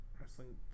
wrestling